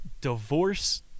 Divorce